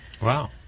Wow